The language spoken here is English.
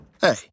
Hey